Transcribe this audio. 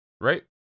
right